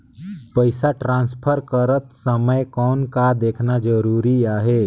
पइसा ट्रांसफर करत समय कौन का देखना ज़रूरी आहे?